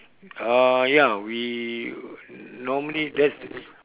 uh ya we normally that's